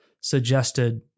suggested